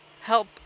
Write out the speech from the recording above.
help